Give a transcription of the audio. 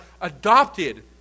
adopted